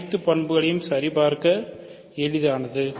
அனைத்து பண்புகளையும் சரிபார்க்க எளிதானது